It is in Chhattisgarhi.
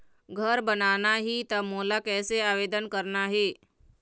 घर बनाना ही त मोला कैसे आवेदन करना हे?